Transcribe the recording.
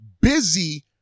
busy